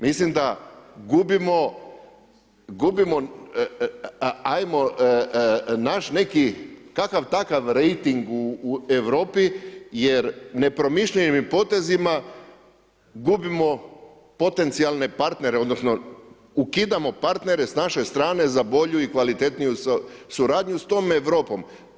Mislim da gubimo, ajmo naći neki kakav takav rejting u Europi jer nepromišljenim potezima gubimo potencijalne partnere, odnosno ukidamo partnere s naše strane za bolju i kvalitetniju suradnju s tom Europom.